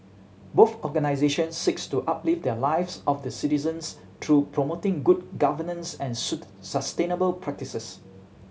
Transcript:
both organisations seek to uplift the lives of their citizens through promoting good governance and suit sustainable practices